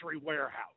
warehouse